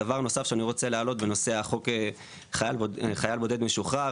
דבר נוסף שאני רוצה להעלות בנושא חוק חייל בודד משוחרר,